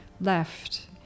left